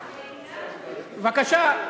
בבקשה,